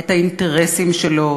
את האינטרסים שלו,